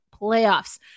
playoffs